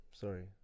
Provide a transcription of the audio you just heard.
Sorry